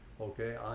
okay